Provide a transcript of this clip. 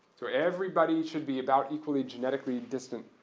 so, everybody should be about equally genetically distant